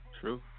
True